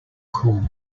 called